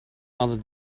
other